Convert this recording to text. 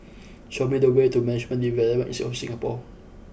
show me the way to Management Development Institute of Singapore